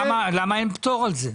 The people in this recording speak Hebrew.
למה אין פטור על זה?